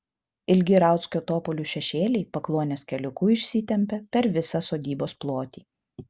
ilgi rauckio topolių šešėliai pakluonės keliuku išsitempia per visą sodybos plotį